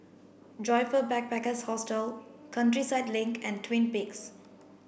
Joyfor Backpackers' Hostel Countryside Link and Twin Peaks